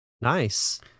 Nice